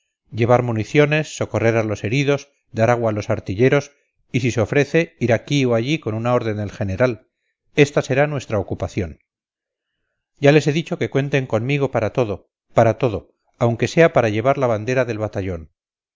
llevar municiones socorrer a los heridos dar agua a los artilleros y si se ofrece ir aquí o allí con una orden del general esta será nuestra ocupación ya les he dicho que cuenten conmigo para todo para todo aunque sea para llevar la bandera del batallón